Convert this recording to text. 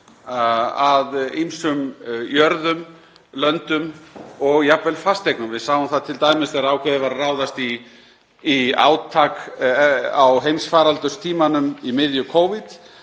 að ýmsum jörðum, löndum og jafnvel fasteignum. Við sáum það t.d. að þegar ákveðið var að ráðast í átak á heimsfaraldurstímanum, í miðju Covid,